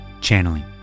Channeling